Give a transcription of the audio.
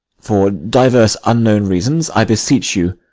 for divers unknown reasons, i beseech you,